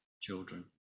children